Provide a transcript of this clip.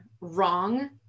wrong